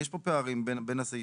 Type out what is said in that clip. יש פה פערים בין הסעיפים.